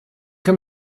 kann